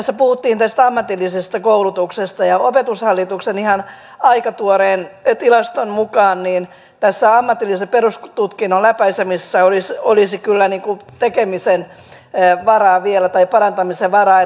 tässä puhuttiin tästä ammatillisesta koulutuksesta ja opetushallituksen aika tuoreen tilaston mukaan tässä ammatillisen perustutkinnon läpäisemisessä olisi kyllä ne kun tekemiseen ei varaa vielä parantamisen varaa vielä